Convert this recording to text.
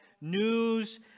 News